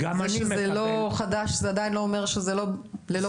כמה שזה לא חדש זה עדיין לא אומר שזה ללא בסיס.